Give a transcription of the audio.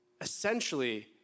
essentially